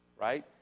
right